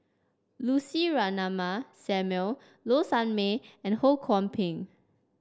Lucy Ratnammah Samuel Low Sanmay and Ho Kwon Ping